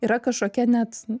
yra kažkokia net